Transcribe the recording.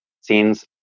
scenes